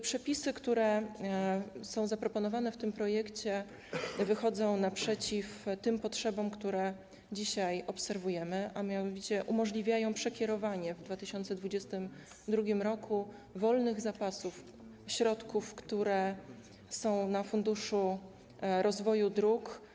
Przepisy, które są zaproponowane w tym projekcie, wychodzą naprzeciw tym potrzebom, które dzisiaj obserwujemy, a mianowicie umożliwiają przekierowanie w 2022 r. wolnych zapasów środków, które są w funduszu rozwoju dróg.